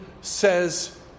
says